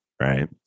Right